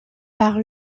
par